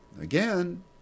Again